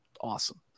awesome